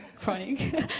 chronic